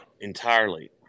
entirely